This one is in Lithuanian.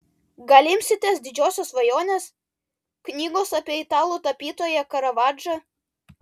gal imsitės didžiosios svajonės knygos apie italų tapytoją karavadžą